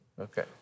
Okay